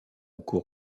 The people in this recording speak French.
cour